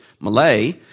Malay